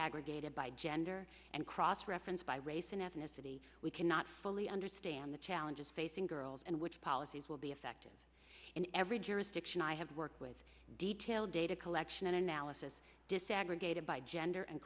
gated by gender and cross reference by race and ethnicity we cannot fully understand the challenges facing girls and which policies will be effective in every jurisdiction i have worked with detailed data collection and analysis desegregated by gender and